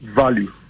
value